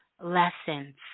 lessons